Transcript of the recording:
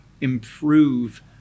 improve